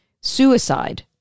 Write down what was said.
suicide